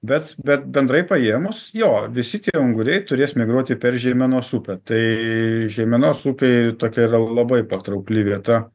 bet bet bendrai paėmus jo visi tie unguriai turės migruoti per žeimenos upę tai žeimenos ūkiai tokia yra labai patraukli vieta